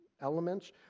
elements